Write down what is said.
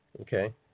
Okay